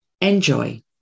Enjoy